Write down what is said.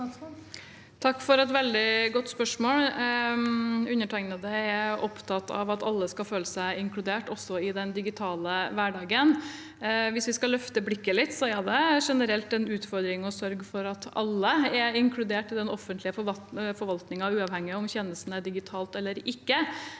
Takk for et veldig godt spørsmål. Undertegnede er opptatt av at alle skal føle seg inkludert, også i den digitale hverdagen. Hvis vi skal løfte blikket litt, er det generelt en utfordring å sørge for at alle er inkludert i den offentlige forvaltningen, uavhengig av om tjenestene er digitale eller ikke.